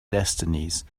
destinies